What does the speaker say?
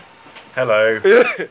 Hello